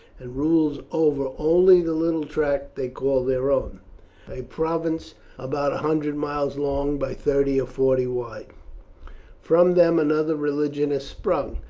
and rules over only the little tract they call their own a province about a hundred miles long, by thirty or forty wide from them another religion has sprung.